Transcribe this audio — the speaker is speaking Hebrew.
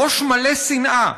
ראש מלא שנאה,